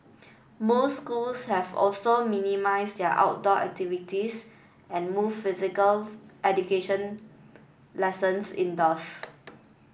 most schools have also minimised their outdoor activities and moved physical education lessons indoors